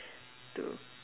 to